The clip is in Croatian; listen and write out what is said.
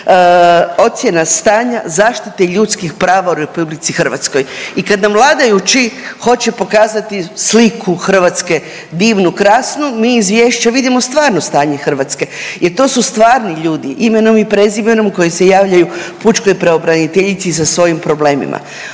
ocjena stanja zaštite ljudskih prava u RH i kad nam vladajući hoće pokazati sliku Hrvatske divnu i krasnu mi iz izvješća vidimo stvarno stanje Hrvatske jer to su stvarni ljudi, imenom i prezimenom koji se javljaju pučkoj pravobraniteljici sa svojim problemima.